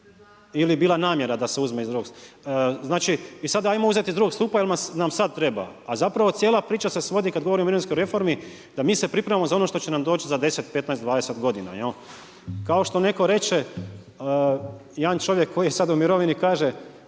je bila namjera. Znači i sada idemo uzeti iz drugog stupa jel nam sada treba, a zapravo cijela priča se svodi kada govorimo o mirovinskoj reformi da se mi pripremamo za ono što će nam doći za 10, 15, 20 godina. Kao što neko reče jedan čovjek koji je sada u mirovini kaže,